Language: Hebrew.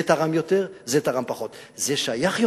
זה תרם יותר, זה תרם פחות, זה שייך יותר,